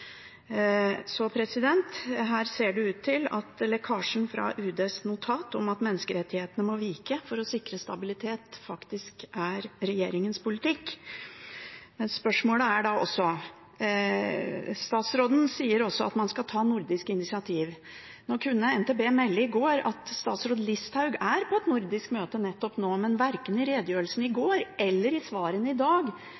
Her ser det ut til at lekkasjen fra UDs notat om at menneskerettighetene må vike for å sikre stabilitet, faktisk er regjeringens politikk. Så til spørsmålet: Utenriksministeren sier at man også skal ta nordiske initiativ. NTB kunne melde i går at statsråd Listhaug er på et nordisk møte nettopp nå, men verken i redegjørelsen i